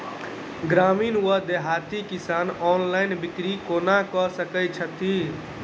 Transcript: ग्रामीण वा देहाती किसान ऑनलाइन बिक्री कोना कऽ सकै छैथि?